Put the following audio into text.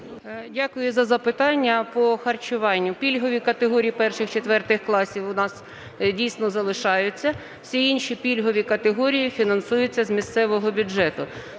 Дякую за запитання. По харчуванню. Пільгові категорії 1-4 класів у нас дійсно залишаються, всі інші пільгові категорії фінансуються з місцевого бюджету.